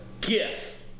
gif